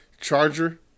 charger